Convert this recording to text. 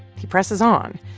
he presses on.